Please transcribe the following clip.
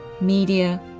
media